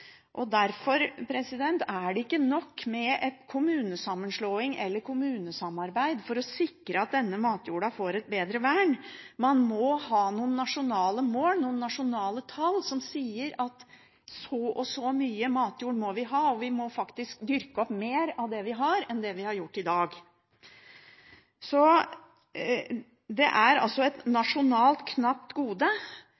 er det ikke nok med en kommunesammenslåing eller et kommunesamarbeid for å sikre at denne matjorda får et bedre vern. Man må ha noen nasjonale mål, noen nasjonale tall, som sier at så og så mye matjord må vi ha, og vi må faktisk dyrke opp mer av det vi har, enn det vi har gjort i dag. Det er altså et